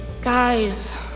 Guys